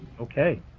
Okay